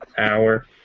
hour